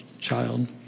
child